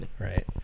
right